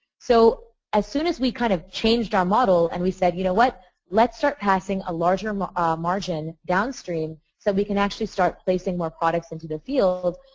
so as soon as we kind of change our model and we said, you know what? letis start passing a larger ah margin downstream so we can actually start placing more products into the field.